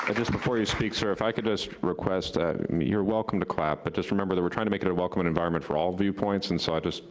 just before you speak sir, if i could just request, ah you're welcome to clap, but just remember that we're trying to make it a welcome and environment for all viewpoints, and so i'd just,